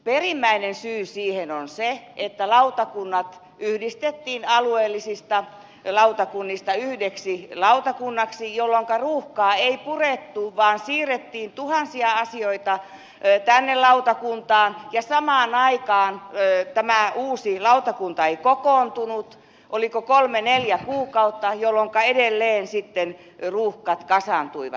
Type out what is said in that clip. perimmäinen syy siihen on se että lautakunnat yhdistettiin alueellisista lautakunnista yhdeksi lautakunnaksi jolloinka ruuhkaa ei purettu vaan siirrettiin tuhansia asioita tänne lautakuntaan ja samaan aikaan tämä uusi lautakunta ei kokoontunut oliko kolmeen neljään kuukauteen jolloinka edelleen sitten ruuhkat kasaantuivat